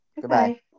Goodbye